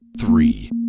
three